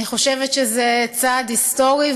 אני חושבת שזה צעד היסטורי.